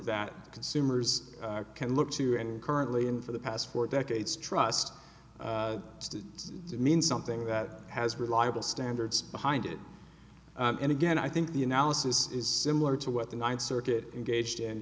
that consumers can look to and currently in for the past four decades trust to mean something that has reliable standards behind it and again i think the analysis is similar to what the ninth circuit engaged